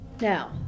Now